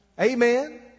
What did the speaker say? Amen